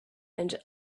and